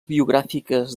biogràfiques